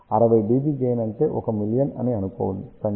60 dB gain అంటే 1 million అని అనుకోండి